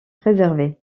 préservé